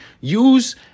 use